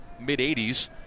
mid-80s